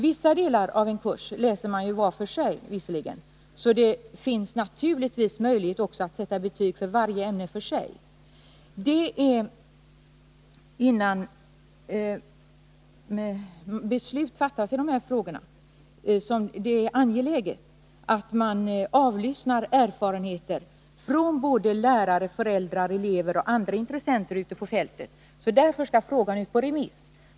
Vissa delar av en kurs läser man visserligen var för sig, så det finns naturligtvis möjlighet att sätta betyg för varje ämne för sig. Det är innan beslut fattas i de här frågorna som det är angeläget att man avlyssnar erfarenheter från såväl lärare, föräldrar och elever som andra intressenter ute på fältet. Därför skall frågan ut på remiss.